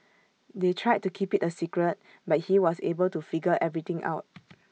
they tried to keep IT A secret but he was able to figure everything out